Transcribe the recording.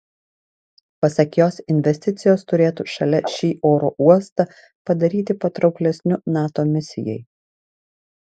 pasak jos investicijos turėtų šalia šį oro uostą padaryti patrauklesniu nato misijai